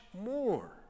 more